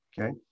Okay